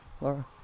Laura